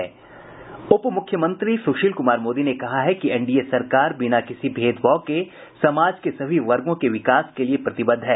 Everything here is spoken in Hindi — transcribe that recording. उपमुख्यमंत्री सुशील कुमार मोदी ने कहा है कि एनडीए सरकार बिना किसी भेदभाव के समाज के सभी वर्गों के विकास के लिए प्रतिबद्ध है